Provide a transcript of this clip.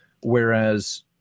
Whereas